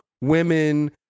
women